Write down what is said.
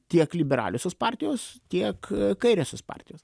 tiek liberaliosios partijos tiek kairiosios partijos